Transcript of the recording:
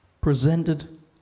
presented